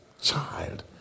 child